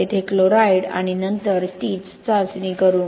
येथे क्लोराईड आणि नंतर तीच चाचणी करू